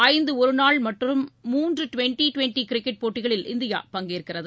ஐந்து ஒருநாள் மட்டும் மூன்று ட்வென்டி ட்வென்டி கிரிக்கெட் போட்டிகளில் இந்தியா பங்கேற்கிறது